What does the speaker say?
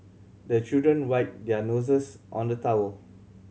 the children wipe their noses on the towel